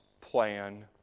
plan